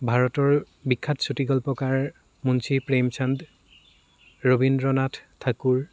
ভাৰতৰ বিখ্যাত চুটি গল্পকাৰ মুঞ্চী প্ৰেমচন্দ ৰবীন্দ্ৰ নাথ ঠাকুৰ